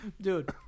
Dude